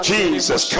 Jesus